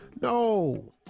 No